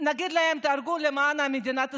ונגיד להם: תיהרגו למען מדינת ישראל,